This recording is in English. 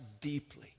deeply